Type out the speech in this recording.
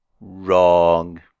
Wrong